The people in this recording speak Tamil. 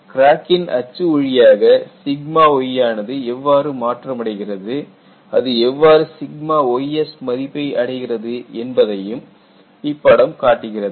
கிராக்கின் அச்சு வழியாக 𝜎y ஆனது எவ்வாறு மாற்றமடைகிறது அது எவ்வாறு 𝜎ys மதிப்பை அடைகிறது என்பதையும் இப்படம் காட்டுகிறது